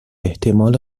احتمال